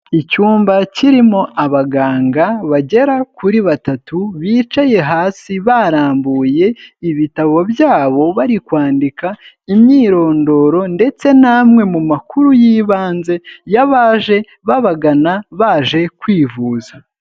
Icyumba kirimo abaganga bagera kuri batatu, bicaye hasi barambuye ibitabo byabo bari kwandika imyirondoro ndetse n'amwe mu makuru y'ibanze y'abaje babagana baje kwivuza.